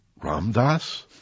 Ramdas